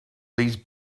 these